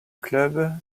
club